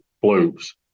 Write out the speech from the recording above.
blues